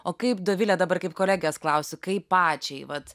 o kaip dovile dabar kaip kolegės klausiu kaip pačiai vat